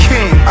King